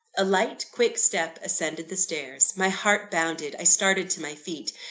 a light, quick step ascended the stairs my heart bounded i started to my feet.